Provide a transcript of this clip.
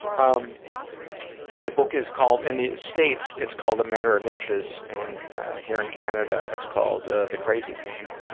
um the book is called in the states, it's called a matter of inches and here in canada, it's called ah the crazy game.